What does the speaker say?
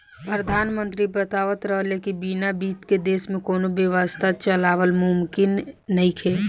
प्रधानमंत्री बतावत रहले की बिना बित्त के देश में कौनो व्यवस्था चलावल मुमकिन नइखे